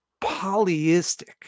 polyistic